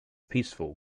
peaceful